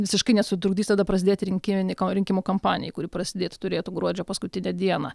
visiškai nesutrukdys tada prasidėti rinkiminei rinkimų kampanijai kuri prasidėti turėtų gruodžio paskutinę dieną